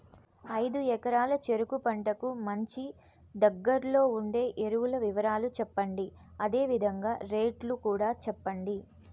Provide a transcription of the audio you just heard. ఐదు ఎకరాల చెరుకు పంటకు మంచి, దగ్గర్లో ఉండే ఎరువుల వివరాలు చెప్పండి? అదే విధంగా రేట్లు కూడా చెప్పండి?